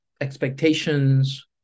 expectations